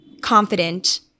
confident